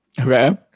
Okay